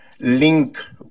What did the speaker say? link